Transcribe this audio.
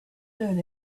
learn